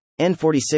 N46